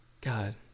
god